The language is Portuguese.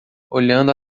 olhando